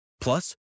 Plus